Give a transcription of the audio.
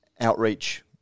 outreach